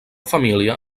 família